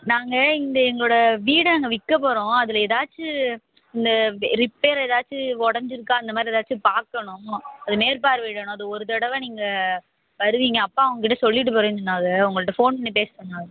நாங்கள் இந்த எங்களோடய வீடை நாங்கள் விற்கப் போகிறோம் அதில் ஏதாச்சு இந்த ரிப்பேர் ஏதாச்சு உடஞ்சிருக்கா அந்த மாதிரி ஏதாச்சும் பார்க்கணும் அதை மேற்பார்வையிடணும் அது ஒரு தடவை நீங்கள் வருவீங்க அப்பா உங்கள் கிட்டே சொல்லிவிட்டு போகிறேன்னு சொன்னாங்க உங்கள்கிட்ட ஃபோன் பண்ணி பேச சொன்னாங்க